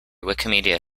wikimedia